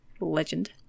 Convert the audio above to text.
Legend